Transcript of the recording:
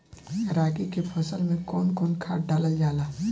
रागी के फसल मे कउन कउन खाद डालल जाला?